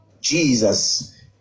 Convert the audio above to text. Jesus